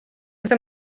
beth